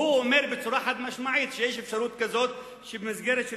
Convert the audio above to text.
אומר בצורה חד-משמעית שיש אפשרות כזאת שבמסגרת של